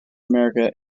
america